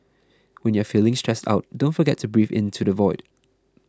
when you are feeling stressed out don't forget to breathe into the void